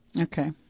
Okay